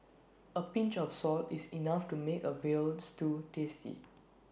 A pinch of salt is enough to make A Veal Stew tasty